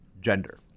gender